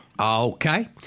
Okay